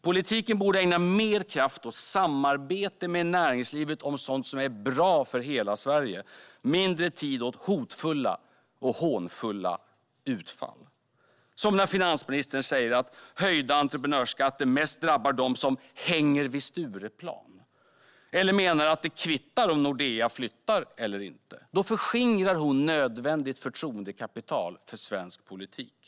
Politiken borde ägna mer kraft åt samarbete med näringslivet om sådant som är bra för hela Sverige och mindre tid åt hotfulla och hånfulla utfall. Finansministern säger till exempel att höjda entreprenörsskatter mest drabbar dem som "hänger vid Stureplan" eller menar att det kvittar om Nordea flyttar. Då förskingrar hon nödvändigt förtroendekapital för svensk politik.